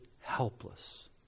helpless